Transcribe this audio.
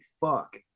fuck